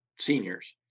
seniors